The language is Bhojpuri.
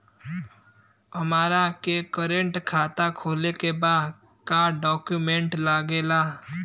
हमारा के करेंट खाता खोले के बा का डॉक्यूमेंट लागेला?